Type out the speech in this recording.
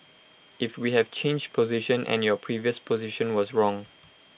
if we have changed position and your previous position was wrong